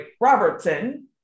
Robertson